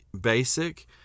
basic